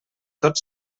tot